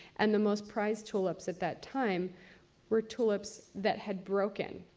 and the most prized tulips at that time were tulips that had broken.